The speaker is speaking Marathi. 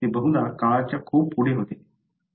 ते बहुधा काळाच्या खूप पुढे होते